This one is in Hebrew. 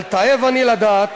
אבל תאב אני לדעת,